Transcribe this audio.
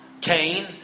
Cain